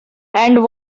and